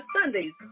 Sundays